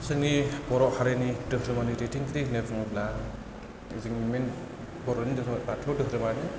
जोंनि बर' हारिनि दोहोरोमारि दैदेनगिरि होनना बुङोब्ला जों मेन बर'नि दोरोमा बाथौ दोरोमानो